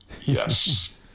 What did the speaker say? Yes